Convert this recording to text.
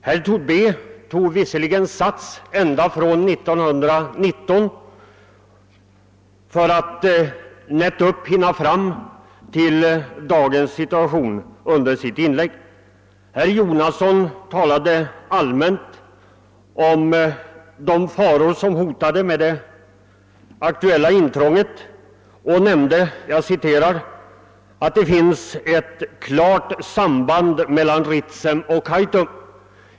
Herr Tobé tog i sitt inlägg sats ända från 1919, bara för att nätt och jämnt hinna fram till dagens situation. Herr Jonasson talade allmänt om de faror som hotar med det aktuella intrånget och sade att det finns »ett klart samband mellan Ritsem och Kaitum».